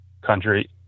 country